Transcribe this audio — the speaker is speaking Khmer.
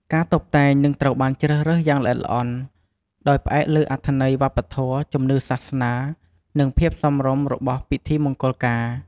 ការតុបតែង នឹងត្រូវបានជ្រើសរើសយ៉ាងល្អិតល្អន់ ដោយផ្អែកលើអត្ថន័យវប្បធម៌ ជំនឿសាសន៍ និងភាពសមរម្យរបស់ពិធីមង្គលការ។